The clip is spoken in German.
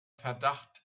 verdacht